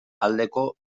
aldeko